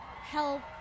help